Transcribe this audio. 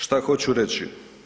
Šta hoću reći?